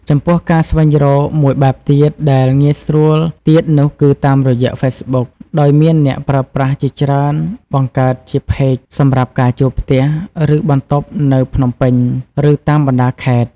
ចំពោះការស្វែងរកមួយបែបទៀតដែលងាយស្រួលទៀតនោះគឺតាមរយះ ហ្វេសប៊ុក ដោយមានអ្នកប្រើប្រាស់ជាច្រើនបង្កើតជា ផេក សម្រាប់ការជួលផ្ទះ ឬបន្ទប់នៅភ្នំពេញ ឬតាមបណ្ដាខេត្ត។